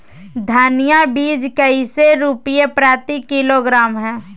धनिया बीज कैसे रुपए प्रति किलोग्राम है?